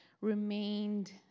remained